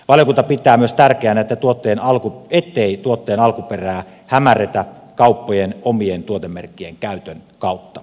valiokunta pitää myös tärkeänä ettei tuotteen alkuperää hämärretä kauppojen omien tuotemerkkien käytön kautta